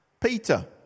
Peter